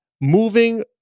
moving